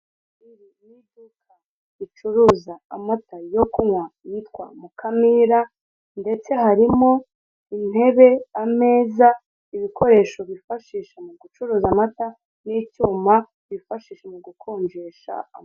Iri ni iduka ricuruza amata yo kunywa yitwa Mukamira , ndetse harimo intebe, ameza ibikoresho bifashisha, mu gucuruza amata n'icyuma kifashishwa mu gukonjesha amata.